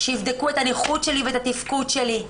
שיבדקו את הנכות שלי ואת התפקוד שלי.